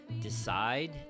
decide